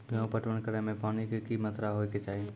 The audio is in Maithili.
गेहूँ के पटवन करै मे पानी के कि मात्रा होय केचाही?